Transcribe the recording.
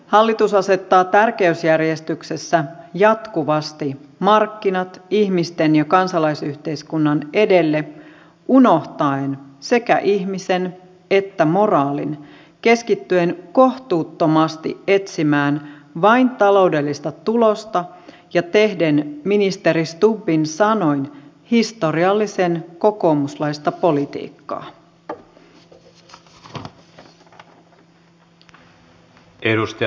hallitus asettaa tärkeysjärjestyksessä jatkuvasti markkinat ihmisten ja kansalaisyhteiskunnan edelle unohtaen sekä ihmisen että moraalin keskittyen kohtuuttomasti etsimään vain taloudellista tulosta ja tehden ministeri stubbin sanoin historiallisen kokoomuslaista politiikkaa